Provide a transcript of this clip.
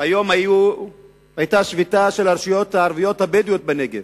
היום היתה שביתה של הרשויות הערביות הבדואיות בנגב.